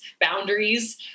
boundaries